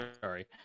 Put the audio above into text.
Sorry